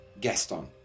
Gaston